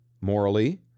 Morally